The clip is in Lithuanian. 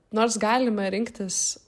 nors galime rinktis